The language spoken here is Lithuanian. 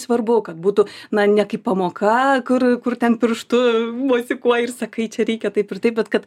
svarbu kad būtų na ne kaip pamoka kur kur ten pirštu mosikuoji ir sakai čia reikia taip ir taip bet kad